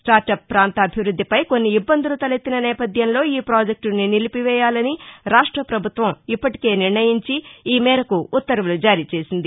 startup పాంత అభివృద్దిపై కొన్ని ఇబ్బందులు తలెత్తిన నేపథ్యంలో ఈ ప్రాజెక్టును నిలిపివేయాలని రాష్ట ప్రభుత్వం ఇప్పటికే నిర్ణయించి ఈ మేరకు ఉత్తర్వులు జారీ చేసింది